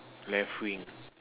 left wing